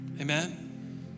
Amen